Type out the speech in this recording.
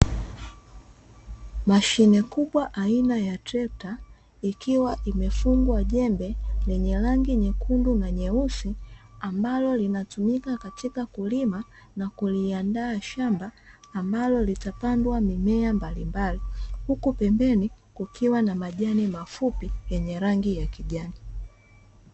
Mashine kubwa aina ya trekta, ikiwa imefungwa jembe lenye rangi nyekundu na nyeusi, ambalo linatumika katika kulima na kuliandaa shamba ambalo litapandwa mimea mbalimbali; huku pembeni kukiwa na majani mafupi yenye rangi ya kijani.